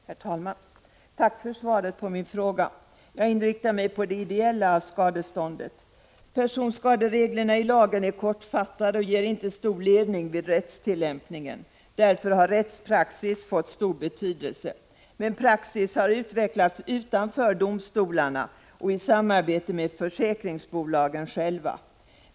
Herr talman! Jag tackar justitieministern för svaret på min fråga. Jag inriktar mig på det ideella skadeståndet. Personskadereglerna i lagen är kortfattade och ger inte stor ledning vid rättstillämpningen. Därför har rättspraxis fått stor betydelse. Men praxis har utvecklats utanför domstolarna och i samarbete med försäkringsbolagen själva.